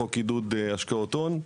בחוק עידוד השקעות הון,